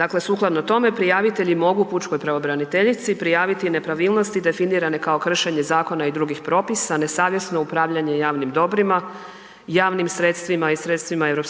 Dakle, sukladno tome prijavitelji mogu pučkoj pravobraniteljici prijaviti nepravilnosti definirane kao kršenje zakona i drugih propisa, nesavjesno upravljanje javnim dobrima, javnim sredstvima i sredstvima EU